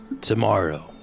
tomorrow